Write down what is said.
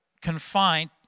confined